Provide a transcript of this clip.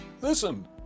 Listen